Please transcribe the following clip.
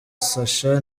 sacha